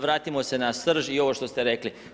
Vratimo se na srž i ovo što ste rekli.